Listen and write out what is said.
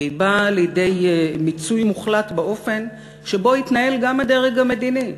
והיא באה לידי מיצוי מוחלט באופן שבו התנהל גם הדרג המדיני,